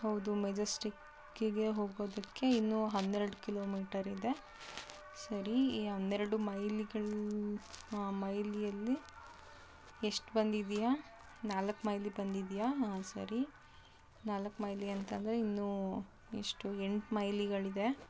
ಹೌದು ಮೆಜೆಸ್ಟಿಕ್ಕಿಗೆ ಹೋಗೋದಿಕ್ಕೆ ಇನ್ನೂ ಹನ್ನೆರಡು ಕಿಲೋಮೀಟರ್ ಇದೆ ಸರಿ ಹನ್ನೆರಡು ಮೈಲಿಗಳು ಮೈಲಿಯಲ್ಲಿ ಎಷ್ಟು ಬಂದಿದ್ದೀಯ ನಾಲ್ಕು ಮೈಲಿ ಬಂದಿದ್ದೀಯ ಹಾಂ ಸರಿ ನಾಲ್ಕು ಮೈಲಿ ಅಂತಂದರೆ ಇನ್ನೂ ಎಷ್ಟು ಎಂಟು ಮೈಲಿಗಳಿದೆ